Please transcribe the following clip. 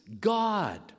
God